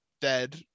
dead